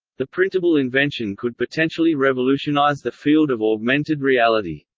the printable invention could potentially revolutionise the field of augmented reality.